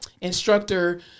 instructor